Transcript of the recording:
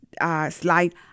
slide